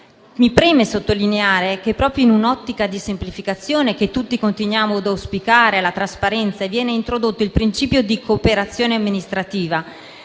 mi preme però sottolineare che proprio in un'ottica di semplificazione, che tutti continuiamo ad auspicare, e di trasparenza, viene introdotto il principio di cooperazione amministrativa,